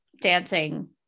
dancing